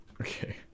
Okay